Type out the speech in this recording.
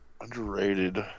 Underrated